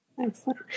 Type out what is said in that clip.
Excellent